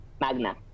Magna